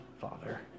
Father